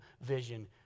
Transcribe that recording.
vision